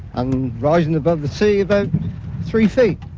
um rising above the sea about three feet